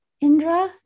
indra